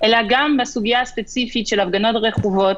אלא גם בסוגיה ספציפית של הפגנות רכובות.